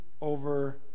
over